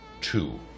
two